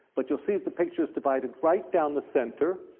but you'll see that the picture is divided right down the center.